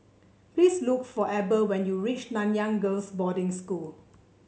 please look for Eber when you reach Nanyang Girls' Boarding School